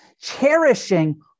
cherishing